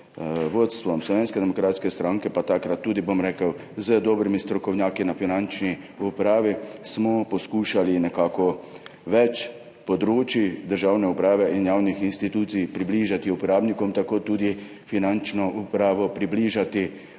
vodstvom Slovenske demokratske stranke in tudi z dobrimi strokovnjaki na Finančni upravi smo poskušali nekako več področij državne uprave in javnih institucij približati uporabnikom. Tako [smo poskušali] približati